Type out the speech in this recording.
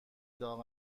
داغ